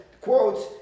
quotes